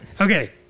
Okay